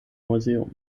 museum